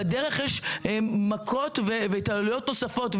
בדרך יש מכות והתעללויות נוספות,